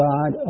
God